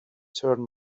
turn